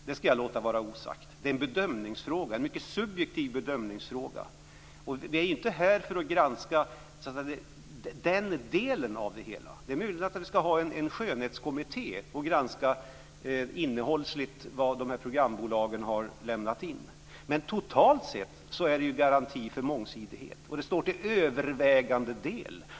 Det är en subjektiv bedömningsfråga. Vi är inte här för att granska den delen i det hela. Det är möjligt att vi skall ha en skönhetskommitté som skall granska innehållet i det programföretagen har lämnat in. Totalt sett är detta garanti för mångsidighet.